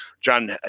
John